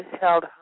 held